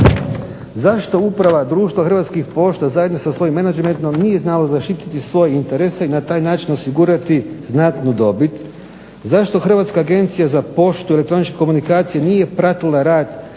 zašto uprava društva Hrvatskih pošta zajedno sa svojim menadžmentom nije znala zaštititi svoje interese i na taj način osigurati znatnu dobit zašto Hrvatska agencija za poštu i elektroničke komunikacije nije pratila rad